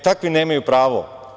Takvi nemaju pravo.